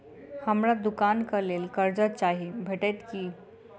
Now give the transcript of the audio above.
हमरा दुकानक लेल कर्जा चाहि भेटइत की?